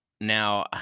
Now